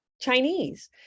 Chinese